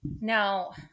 Now